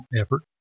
effort